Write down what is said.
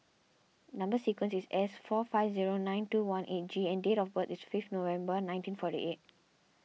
Number Sequence is S four five zero nine two one eight G and date of birth is fifth November nineteen forty eight